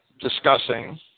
discussing